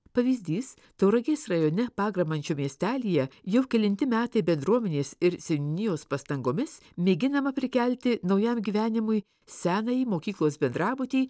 pavyzdys tauragės rajone pagramančio miestelyje jau kelinti metai bendruomenės ir seniūnijos pastangomis mėginama prikelti naujam gyvenimui senąjį mokyklos bendrabutį